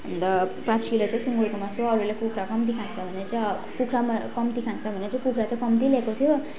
अन्त पाँच किलो चाहिँ सुँगुरको मासु अरूले कुखुरा कम्ती खान्छ भनेर चाहिँ कुखुरा कम्ती खान्छ भनेर कुखुरा चाहिँ कम्ती ल्याएको थियो